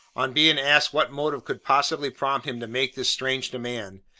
on being asked what motive could possibly prompt him to make this strange demand,